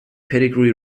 pedigree